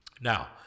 now